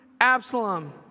Absalom